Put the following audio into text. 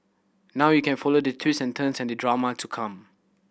now you can follow the twists and turns and the drama to come